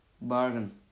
Bargain